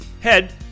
Head